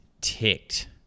ticked